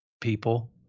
people